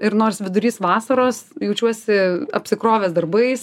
ir nors vidurys vasaros jaučiuosi apsikrovęs darbais